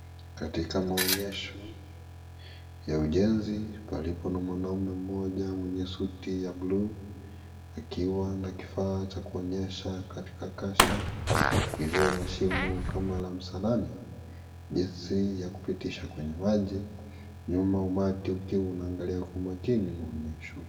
Katika maonyesho ya ujenzi palipo mwanaume mmoja mwenye suti ya bluu akiwa na kifaa cha kuonyesha katika kasha iliyo na shimo kama la msalani, jinsi ya kupitisha kwenye maji. Nyuma umati ukiwa unaangalia kwa makini maonyesho.